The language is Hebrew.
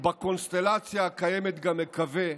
ובקונסטלציה הקיימת גם מקווה,